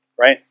Right